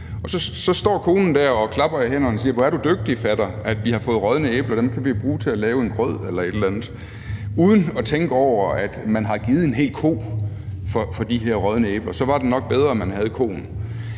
så står konen der og klapper i hænderne og siger: Hvor er du dygtig, fatter, at vi har fået rådne æbler, dem kan vi bruge til at lave en grød eller et eller andet. Det gør man uden at tænke over, at man har givet en hel ko for de her rådne æbler; så var det nok bedre, at man havde koen.